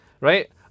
right